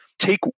take